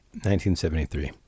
1973